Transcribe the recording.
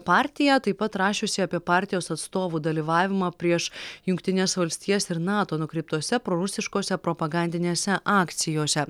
partija taip pat rašiusi apie partijos atstovų dalyvavimą prieš jungtines valstijas ir nato nukreiptose prorusiškose propagandinėse akcijose